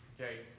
Okay